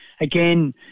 again